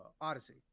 Odyssey